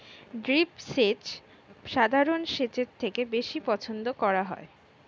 drip সেচ সাধারণ সেচের থেকে বেশি পছন্দ করা হয়